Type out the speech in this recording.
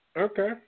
Okay